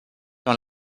dans